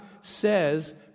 says